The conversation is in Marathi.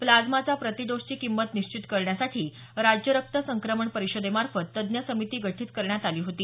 फ्लाझ्माचा प्रती डोसची किंमत निश्चित करण्यासाठी राज्य रक्त संक्रमण परिषदेमार्फत तज्ञ समिती गठीत करण्यात आली होती